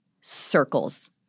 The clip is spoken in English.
circles